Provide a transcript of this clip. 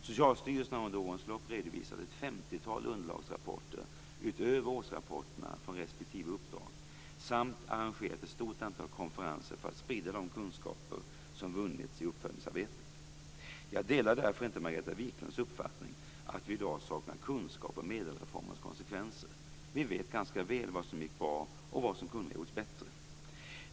Socialstyrelsen har under årens lopp redovisat ett 50-tal underlagsrapporter utöver årsrapporterna från respektive uppdrag samt arrangerat ett stort antal konferenser för att sprida de kunskaper som vunnits i uppföljningsarbetet. Jag delar därför inte Margareta Viklunds uppfattning att vi i dag saknar kunskaper om ädelreformens konsekvenser. Vi vet ganska väl vad som gick bra och vad som kunde ha gjorts bättre.